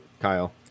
Kyle